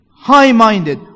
high-minded